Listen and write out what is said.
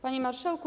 Panie Marszałku!